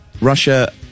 Russia